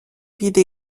vide